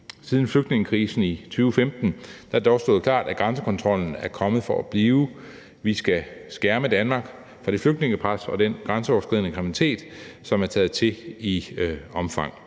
Siden flygtningekrisen i 2015 har det da også stået klart, at grænsekontrollen er kommet for at blive. Vi skal skærme Danmark mod det flygtningepres og den grænseoverskridende kriminalitet, som er taget til i omfang.